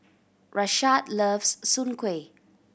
Rashaad loves soon kway